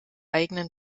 eigenen